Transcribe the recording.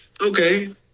okay